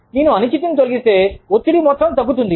నేను అనిశ్చితిని తొలగిస్తే ఒత్తిడి మొత్తం తగ్గుతుంది